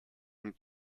und